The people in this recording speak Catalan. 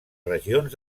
regions